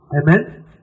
Amen